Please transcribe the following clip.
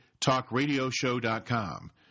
talkradioshow.com